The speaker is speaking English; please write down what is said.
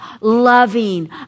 loving